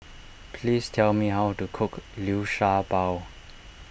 please tell me how to cook Liu Sha Bao